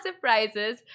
prizes